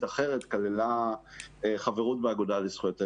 אחרת כללה חברות באגודה לזכויות האזרח,